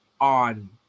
on